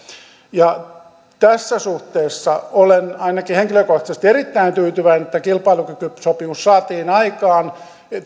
tässä suhteessa olen ainakin henkilökohtaisesti erittäin tyytyväinen että kilpailukykysopimus saatiin aikaan